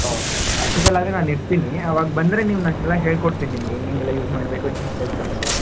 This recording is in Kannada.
ಓಕೆ ಓಕೆ ಅಷ್ಟೊತಲ್ಲಿ ಆದರೆ ನಾನು ಇರ್ತೀನಿ ಅವಾಗ ಬಂದರೆ ನೀವು ನಾನು ಎಲ್ಲ ಹೇಳ್ಕೊಡ್ತಿನಿ ನಿಮಗೆ ಹೆಂಗೆಂಗ್ ಎಲ್ಲ ಯೂಸ್ ಮಾಡಬೇಕು ಹೆಂಗೆಂಗ್ ಎಲ್ಲ ಯೂಸ್ ಮಾಡ್ಬೇಕು